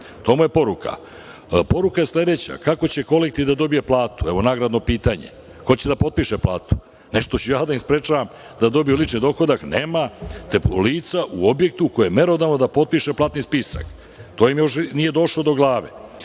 To mu je poruka. Poruka je sledeća - kako će kolektiv da dobije platu? Evo, nagradno pitanje, ko će da potpiše platu? Ne što ću ja da ih sprečavam da dobiju lični dohodak. Nemate lice u objektu koji je merodavan da potpiše platni spisak. To im još nije došlo do glave.